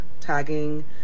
tagging